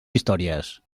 històries